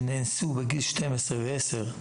שנאנסו בגיל 12 ו-10,